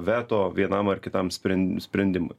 veto vienam ar kitam spren sprendimui